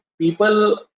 people